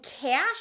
cash